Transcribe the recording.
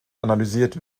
analysiert